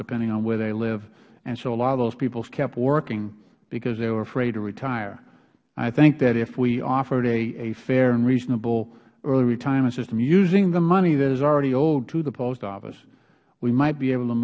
depending on where they live and so a lot of those people kept working because they were afraid to retire i think that if we offered a fair and reasonable early retirement system using the money that is already owed to the post office we might be able to